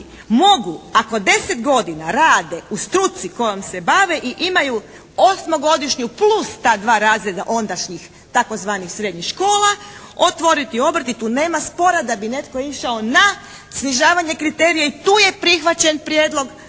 mogu ako deset godina rade u struci kojom se bave i imaju osmogodišnju plus ta dva razreda ondašnjih tzv. srednjih škola otvoriti obrt i tu nema spora da bi netko išao na snižavanje kriterija i tu je prihvaćen prijedlog